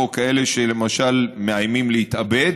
או כאלה שלמשל מאיימים להתאבד,